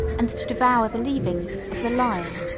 and to devour the leavings, of the lion.